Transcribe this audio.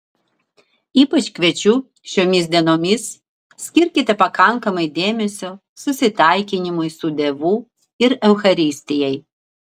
ypač kviečiu šiomis dienomis skirkite pakankamai dėmesio susitaikinimui su dievu ir eucharistijai